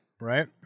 Right